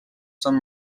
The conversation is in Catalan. són